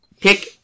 Pick